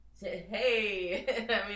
Hey